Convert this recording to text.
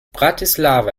bratislava